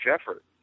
effort